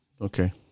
Okay